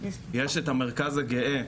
יש את המרכז הגאה,